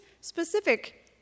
specific